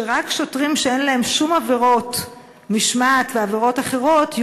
שרק שוטרים שאין להם שום עבירות משמעת ועבירות אחרות,